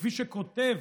כפי שכתב